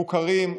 מוכרים,